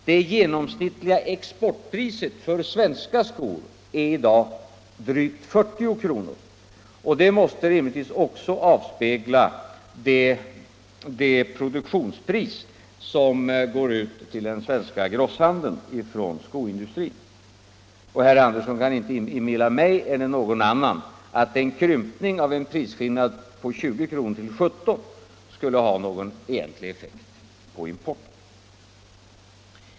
Det genomsnittliga exportpriset för svenska skor är i dag drygt 40 kr., och det måste rimligtvis också avspegla det produktionspris som går ut i den svenska grosshandeln från skoindustrin. Herr Andersson kan inte inbilla mig eller någon annan att en krympning av prisskillnaden från 20 till 17 kr. skulle ha någon egentlig effekt på importen.